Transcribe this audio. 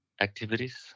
activities